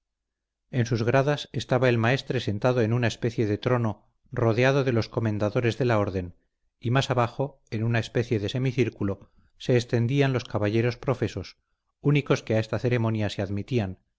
en sus gradas estaba el maestre sentado en una especie de trono rodeado de los comendadores de la orden y más abajo en una especie de semicírculo se extendían los caballeros profesos únicos que a esta ceremonia se admitían